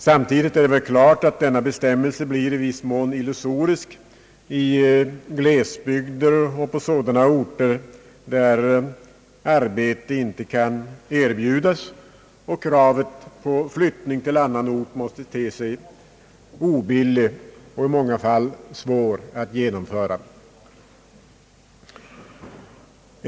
Samtidigt är det klart att denna bestämmelse i viss mån blir illusorisk i glesbygder och på sådana orter där arbete inte kan erbjudas och kravet på flyttning till annan ort måste te sig obilligt och i många fall svårt att genomföra.